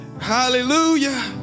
Hallelujah